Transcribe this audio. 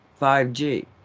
5G